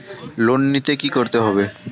Loan নিতে কী করতে হবে?